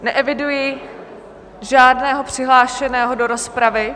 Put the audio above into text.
Neeviduji žádného přihlášeného do rozpravy.